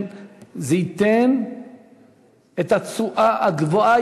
ייתן תשואה גבוהה,